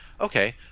Okay